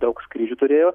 daug skrydžių turėjo